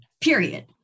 period